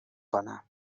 کنم